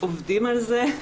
עובדים על זה,